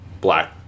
black